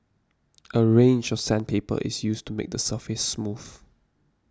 a range of sandpaper is used to make the surface smooth